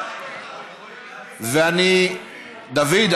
ודוד,